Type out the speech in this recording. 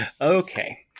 Okay